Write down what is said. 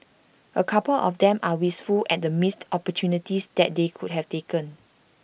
A couple of them are wistful at the missed opportunities that they could have taken